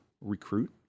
recruit